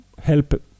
help